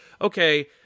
okay